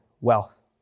wealth